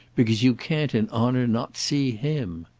because you can't in honour not see him.